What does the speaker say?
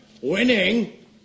Winning